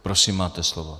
Prosím, máte slovo.